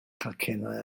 chacennau